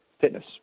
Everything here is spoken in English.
fitness